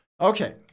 Okay